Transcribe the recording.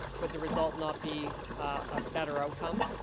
would the result not be a better outcome?